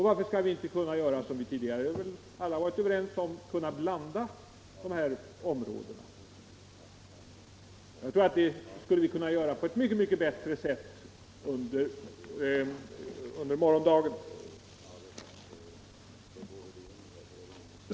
Varför kan vi inte förfara så som tidigare alla varit överens om, nämligen blanda dessa områden? Det skulle vi kunna göra på ett mycket bättre sätt under morgondagen.